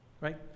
Right